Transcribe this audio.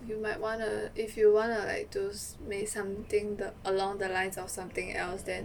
you might wanna if you wanna like do may~ something along the lines of something else then